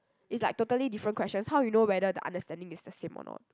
it's like totally different questions how you know whether the understanding is the same or not